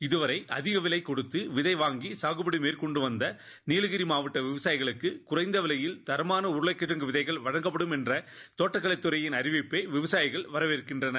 இதுவரை அதிக விலை கொடுத்து விதை வாங்கி காகுபடி மேற்கொண்டு வந்த நீலகிரி மாவட்ட விவசாயிகளுக்கு குறைந்த விலையில் தரமான விதைகள் வழங்கப்படும் என்ற தோட்டக்கலைத் துறையின் அறிவிப்பை விவசாயிகள் வாவேற்கின்றனர்